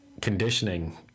conditioning